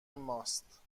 ماست